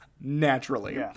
naturally